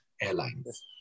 Airlines